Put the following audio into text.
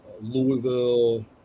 Louisville